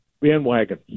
bandwagon